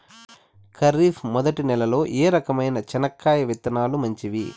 ఖరీఫ్ మొదటి నెల లో ఏ రకమైన చెనక్కాయ విత్తనాలు మంచివి